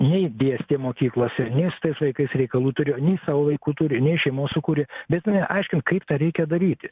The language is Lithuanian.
nei dėstė mokyklose nei su tais vaikais reikalų turėjo nei savo vaikų turi nei šeimos sukurė bet jinai aiškina kaip tą reikia daryti